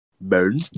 burn